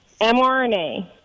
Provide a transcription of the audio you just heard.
mRNA